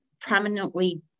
prominently